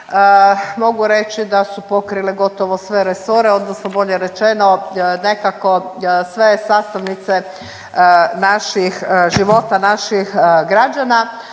Mogu reći da su pokrile gotovo sve resore, odnosno bolje rečeno nekako sve sastavnice naših života naših građana